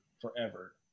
forever